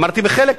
אמרתי "בחלק".